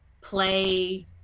play